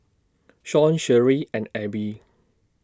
Shawn Sherree and Abby